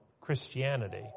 Christianity